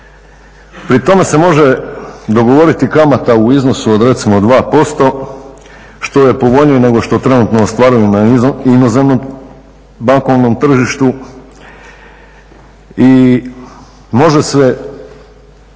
Pri tome se može dogovoriti kamata u iznosu od recimo 2% što je povoljnije nego što trenutno ostvaruje na inozemnom bankovnom tržištu i može se jer to